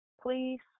please